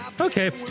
Okay